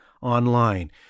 online